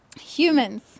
humans